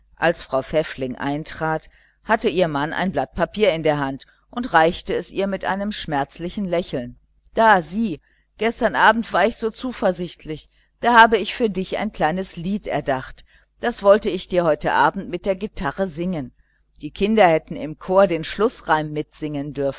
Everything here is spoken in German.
als frau pfäffling eintrat hatte ihr mann ein blatt papier in der hand und reichte es ihr mit schmerzlichem lächeln da sieh gestern abend war ich so zuversichtlich da habe ich für dich ein kleines lied komponiert das wollte ich dir heute abend mit der guitarre singen die kinder hätten im chor den schlußreim mitsingen